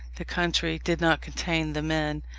the country did not contain the men.